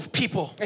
people